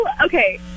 Okay